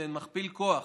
הן מכפיל כוח